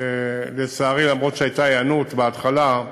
אף שהייתה היענות בהתחלה,